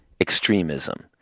extremism